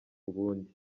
ubundi